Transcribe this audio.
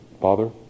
Father